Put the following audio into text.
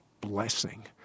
blessing